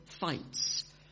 fights